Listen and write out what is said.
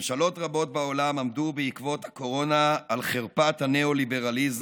ממשלות רבות בעולם עמדו בעקבות הקורונה על חרפת הניאו-ליברליזם